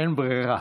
אין בררה.